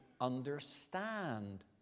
understand